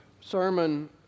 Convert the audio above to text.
sermon